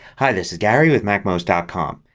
hi, this is gary with macmost ah com.